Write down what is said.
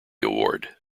award